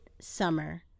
summer